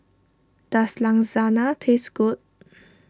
does Lasagna taste good